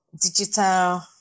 Digital